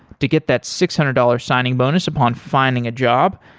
to get that six hundred dollars signing bonus upon finding a job,